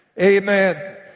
Amen